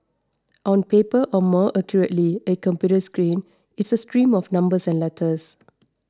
on paper or more accurately a computer screen it's a stream of numbers and letters